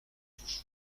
vous